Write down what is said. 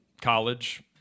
college